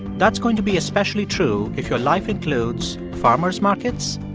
that's going to be especially true if your life includes farmers markets,